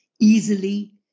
easily